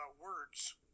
words